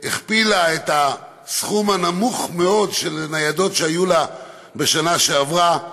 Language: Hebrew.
שהכפילה את המספר הנמוך מאוד של ניידות שהיו לה בשנה שעברה.